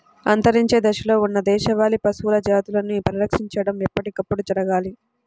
అంతరించే దశలో ఉన్న దేశవాళీ పశువుల జాతులని పరిరక్షించడం ఎప్పటికప్పుడు జరగాలి